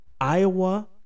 Iowa